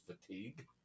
fatigue